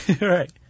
Right